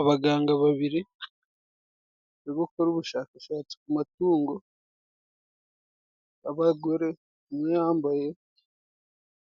Abaganga babiri bari gukora ubushakashatsi ku matungo babagore,